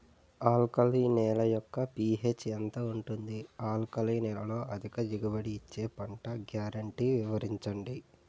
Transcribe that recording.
Alkali నేల యెక్క pH ఎంత ఉంటుంది? ఆల్కలి నేలలో అధిక దిగుబడి ఇచ్చే పంట గ్యారంటీ వివరించండి?